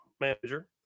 manager